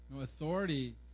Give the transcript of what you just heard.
Authority